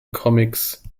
comics